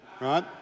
right